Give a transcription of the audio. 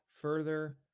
further